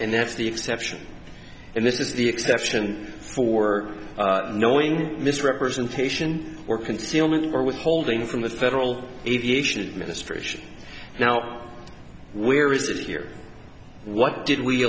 and that's the exception and this is the exception for knowing misrepresentation or concealment or withholding from the federal aviation administration now where is it here what did we